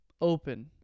open